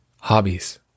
hobbies